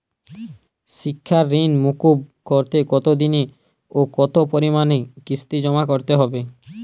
শিক্ষার ঋণ মুকুব করতে কতোদিনে ও কতো পরিমাণে কিস্তি জমা করতে হবে?